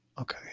okay